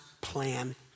plan